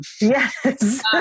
Yes